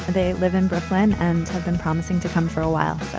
they live in brooklyn and have been promising to come for a while